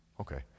okay